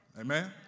Amen